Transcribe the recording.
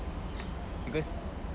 because